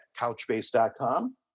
couchbase.com